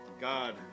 God